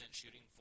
shooting